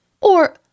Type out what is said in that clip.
Or